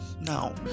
now